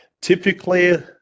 Typically